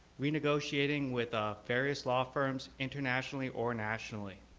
renegotiating with ah various law firms internationally or nationally.